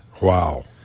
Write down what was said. Wow